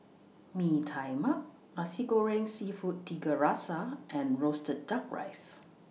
Mee Tai Mak Nasi Goreng Seafood Tiga Rasa and Roasted Duck Rice